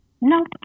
No